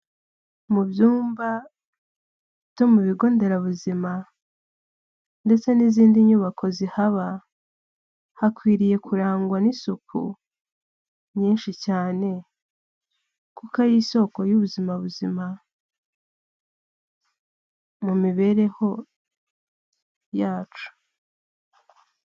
Mu byumba byo mu bigo nderabuzima, ndetse n'izindi nyubako zihaba, hakwiriye kurangwa n'isuku nyinshi cyane, kuko ari isoko y'ubuzima buzima, mu mibereho yacu.